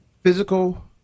physical